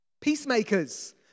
Peacemakers